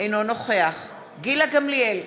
אינו נוכח גילה גמליאל,